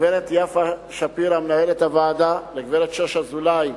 לגברת יפה שפירא, מנהלת הוועדה, לגברת שוש אזולאי,